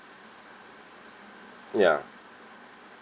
ya